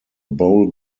bowl